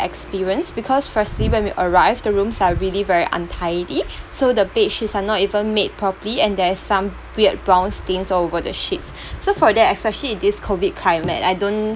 experience because firstly when we arrived the rooms are really very untidy so the bedsheets are not even made properly and there's some weird brown stains all over the sheets so for that especially in this COVID climate I don't